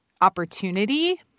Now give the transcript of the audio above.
opportunity